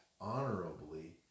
honorably